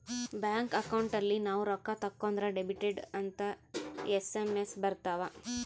bank account ಅಲ್ಲಿ ನಾವ್ ರೊಕ್ಕ ತಕ್ಕೊಂದ್ರ ಡೆಬಿಟೆಡ್ ಅಂತ ಎಸ್.ಎಮ್.ಎಸ್ ಬರತವ